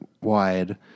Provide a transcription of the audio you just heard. wide